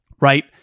Right